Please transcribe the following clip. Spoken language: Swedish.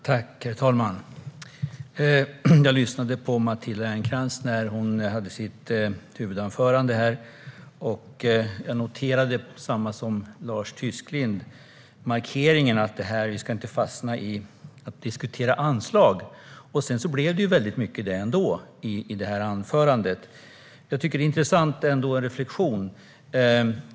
Herr talman! Jag lyssnade på Matilda Ernkrans huvudanförande och noterade samma sak som Lars Tysklind gjorde, nämligen markeringen att vi inte ska fastna i att diskutera anslag. Sedan blev det ändå mycket om det i anförandet. Jag tycker att det är intressant med en reflektion.